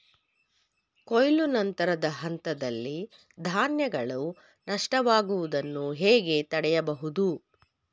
ಕೊಯ್ಲು ನಂತರದ ಹಂತದಲ್ಲಿ ಧಾನ್ಯಗಳ ನಷ್ಟವಾಗುವುದನ್ನು ಹೇಗೆ ತಡೆಯಬಹುದು?